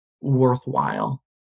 worthwhile